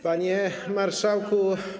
Panie Marszałku!